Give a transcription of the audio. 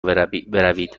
بروید